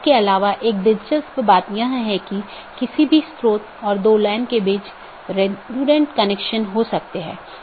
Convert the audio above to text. इन साथियों के बीच BGP पैकेट द्वारा राउटिंग जानकारी का आदान प्रदान किया जाना आवश्यक है